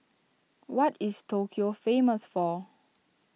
what is Tokyo famous for